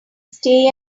stay